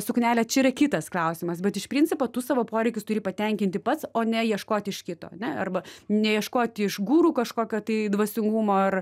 suknelė čia yra kitas klausimas bet iš principo tu savo poreikius turi patenkinti pats o ne ieškot iš kito ane arba neieškoti iš guru kažkokio tai dvasingumo ar